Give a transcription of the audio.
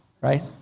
right